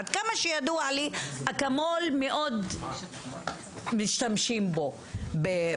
עד כמה שידוע לי, בשב"ס משתמשים הרבה באקמול.